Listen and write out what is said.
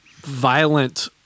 violent